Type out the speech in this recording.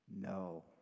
No